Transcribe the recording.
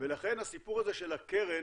לכן הסיפור הזה של הקרן,